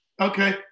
okay